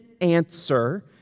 answer